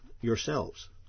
Yourselves